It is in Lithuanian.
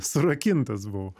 surakintas buvau